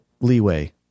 leeway